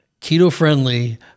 keto-friendly